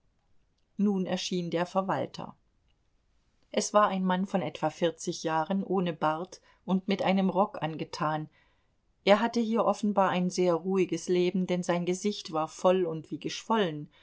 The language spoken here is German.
nun erschien der verwalter es war ein mann von etwa vierzig jahren ohne bart und mit einem rock angetan er hatte hier offenbar ein sehr ruhiges leben denn sein gesicht war voll und wie geschwollen